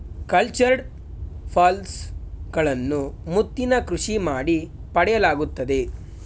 cultured pearls ಗಳನ್ನು ಮುತ್ತಿನ ಕೃಷಿ ಮಾಡಿ ಪಡೆಯಲಾಗುತ್ತದೆ